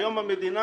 היום המדינה,